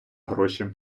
гроші